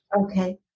Okay